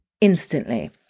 instantly